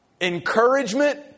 encouragement